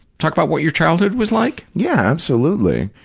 talk about what your childhood was like? yeah, absolutely.